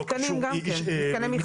גם מתקנים.